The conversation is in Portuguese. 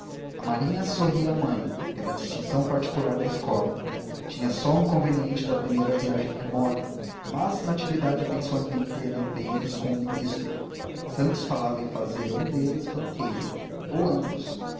a marinha sorria à mãe pela distinção particular da escola tinha só o inconveniente da primeira viagem remota mas natividade pensou em meter empenhos com o ministro santos falava em fazer um deles banqueiro ou ambos